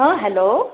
हा हॅलो